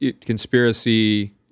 conspiracy